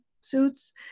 suits